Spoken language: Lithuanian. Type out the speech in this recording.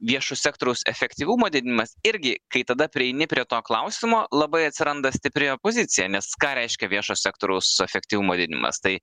viešo sektoriaus efektyvumo didinimas irgi kai tada prieini prie to klausimo labai atsiranda stipri opozicija nes ką reiškia viešo sektoriaus efektyvumo didinimas tai